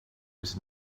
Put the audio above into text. was